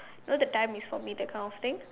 know the time you saw me that kind of thing